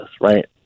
right